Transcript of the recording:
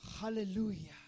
Hallelujah